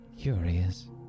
Curious